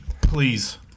Please